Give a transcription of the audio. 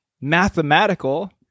mathematical